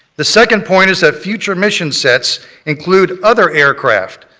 the second point is that future mission sets include other aircraft.